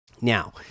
now